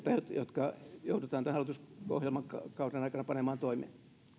jotka joudutaan tämän hallitusohjelmakauden aikana panemaan toimeen